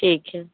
ठीक है